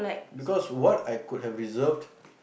because what I could have reserved